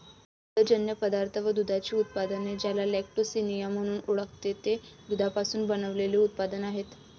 दुग्धजन्य पदार्थ व दुधाची उत्पादने, ज्याला लॅक्टिसिनिया म्हणून ओळखते, ते दुधापासून बनविलेले उत्पादने आहेत